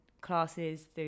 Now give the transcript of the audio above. classes